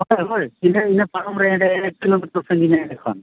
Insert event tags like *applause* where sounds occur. ᱵᱟᱠᱷᱟᱱ ᱦᱳᱭ *unintelligible* ᱦᱟᱛᱟᱣᱟ ᱮᱹᱠ ᱠᱤᱞᱳᱢᱤᱴᱟᱨ ᱥᱟᱺᱜᱤᱧᱟ ᱚᱸᱰᱮ ᱠᱷᱚᱱ